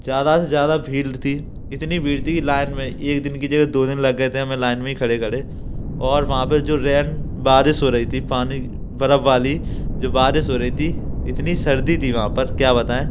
ज़्यादा से ज़्यादा भीड़ थी इतनी भीड़ थी कि लाइन में एक दिन की जगह दो दिन लग गए थे हमें लाइन में ही खड़े खड़े और वहाँ पर जो रैन बारिश हो रही थी पानी बर्फ वाली जो बारिश हो रही थी इतनी सर्दी थी वहाँ पर क्या बताएँ